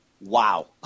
wow